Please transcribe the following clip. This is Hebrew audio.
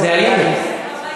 זה איילת.